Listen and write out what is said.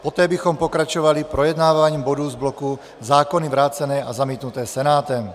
Poté bychom pokračovali projednáváním bodů z bloku zákony vrácené a zamítnutém Senátem.